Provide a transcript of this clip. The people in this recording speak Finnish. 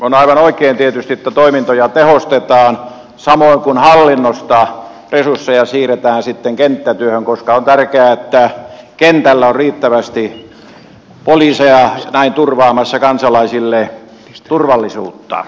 on aivain oikein tietysti että toimintoja tehostetaan samoin kuin hallinnosta resursseja siirretään sitten kenttätyöhön koska on tärkeää että kentällä on riittävästi poliiseja näin turvaamassa kansalaisille turvallisuutta